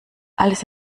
alles